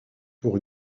pour